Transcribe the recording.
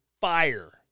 fire